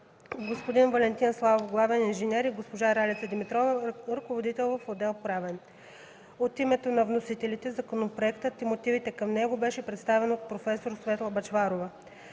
господин Валентин Славов – главен инженер, и госпожа Ралица Димитрова – ръководител в отдел „Правен”. От името на вносителите законопроектът и мотивите към него беше представен от проф. Светла Бъчварова.